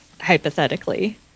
hypothetically